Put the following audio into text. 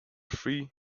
three